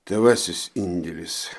tavasis indėlis